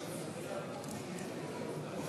אלה